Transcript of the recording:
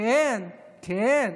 כן, כן.